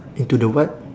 into the what